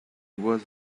was